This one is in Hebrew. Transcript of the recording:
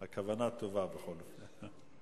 הכוונה טובה, בכל אופן.